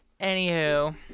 anywho